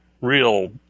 real